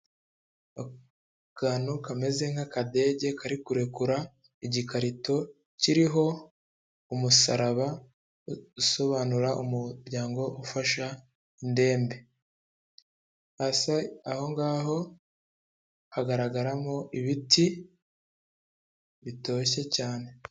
Akantu kameze nk'akadege kari kurekura igikarito kiriho umusaraba usobanura umuryango ufasha indembe. Hasi aho ngaho hagaragaramo ibiti bitoshye cyane.